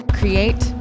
create